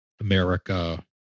America